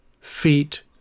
feet